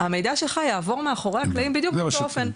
המידע שלך יעבור מאחורי הקלעים בדיוק באותו אופן,